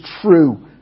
true